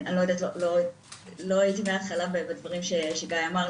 לא הייתי מההתחלה בדברים שגיא אמר,